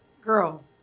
Girl